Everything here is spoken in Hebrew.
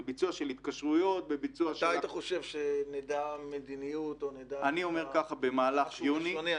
בביצוע של התקשרויות --- אתה חושב שנדע מדיניות או נדע משהו ראשוני?